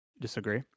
Disagree